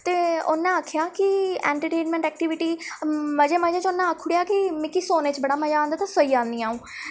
ते उ'न्नै आखेआ कि एंटरटेनमेंट एक्टिविटी मजे मजे च उ'न्न आखी ओड़ेआ कि मिकी सोने च बड़ा मजा औंदा ते सेई जन्नी अ'ऊं